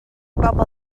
bobol